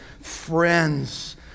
friends